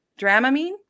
Dramamine